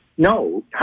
No